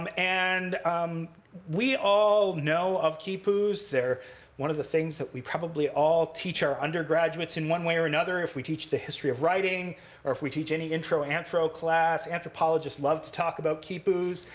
um and um we all know of khipus. they're one of the things that we probably all teach our undergraduates, in one way or another, if we teach the history of writing or if we teach any intro anthro class. anthropologists love to talk about khipus.